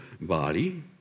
body